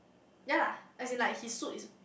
yea and he like he suite is